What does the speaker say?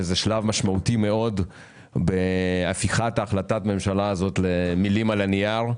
זה שלב משמעותי מאוד בהפיכת החלטת הממשלה הזאת למילים על הנייר,